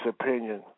opinion